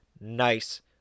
Nice